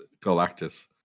Galactus